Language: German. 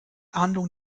ahndung